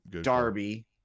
Darby